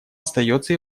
остается